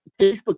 Facebook